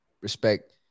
respect